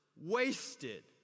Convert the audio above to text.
wasted